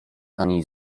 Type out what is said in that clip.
ani